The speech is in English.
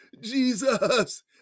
Jesus